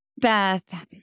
Beth